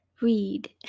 read